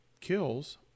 kills